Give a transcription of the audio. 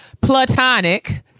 platonic